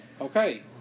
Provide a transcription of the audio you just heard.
Okay